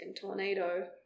tornado